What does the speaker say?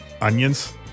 Onions